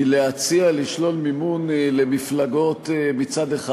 מלהציע לשלול מימון למפלגות מצד אחד